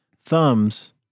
thumbs